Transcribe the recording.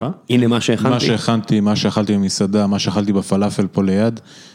הנה מה שהכנתי, מה שאכלתי במסעדה, מה שאכלתי בפלאפל פה ליד.